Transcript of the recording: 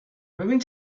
ببین